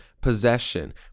possession